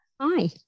Hi